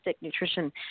nutrition